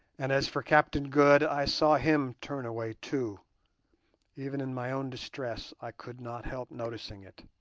and as for captain good, i saw him turn away too even in my own distress i could not help noticing it